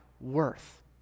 worth